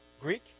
Greek